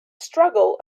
struggle